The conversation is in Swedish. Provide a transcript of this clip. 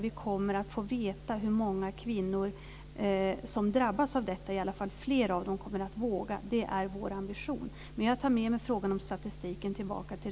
Vi kommer att få veta hur många kvinnor som drabbas av detta, i alla fall flera av dem kommer att våga. Det är vår ambition. Jag tar med mig frågan om statistiken tillbaka till